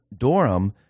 Dorum